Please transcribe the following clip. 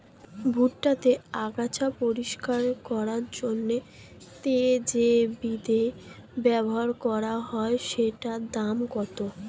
ভুট্টা তে আগাছা পরিষ্কার করার জন্য তে যে বিদে ব্যবহার করা হয় সেটির দাম কত?